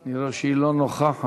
אני רואה שהיא לא נוכחת,